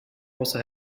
also